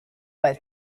but